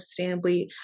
sustainably